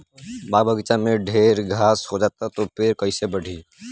बाग बगइचा में ढेर घास हो जाता तो पेड़ कईसे बढ़ी